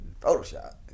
photoshop